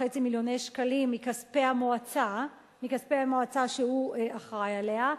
מיליוני שקלים מכספי המועצה שהוא אחראי עליה,